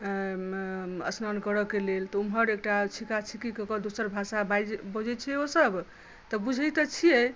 स्नान करयकेँ लेल तऽ उम्हर एकटा छिका छीकी दोसर भाषा बजै छै ओ सभ तऽ बुझै तऽ छियै